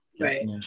Right